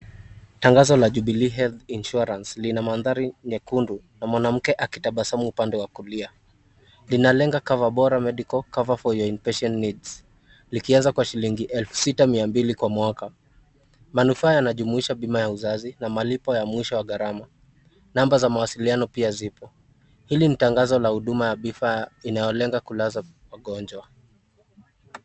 Tangazo la jubilee health insurance lina mandahari nyekundu na mwanamke akitabasamu upande wa kulia, inalenga cover bora mediccal cover for your inpatients needs, likianza kwa shilingi elfu sita mia mbili kwa mwaka, manufaa yanajumuisha bima ya uzazi, na malipo ya mwisho wa gharama, namba za mawasiliano pia zipo, hili ni tangazo la bima vifaa inayoonekana kulenga wagonjwa.